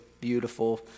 beautiful